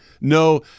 no